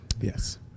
Yes